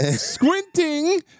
squinting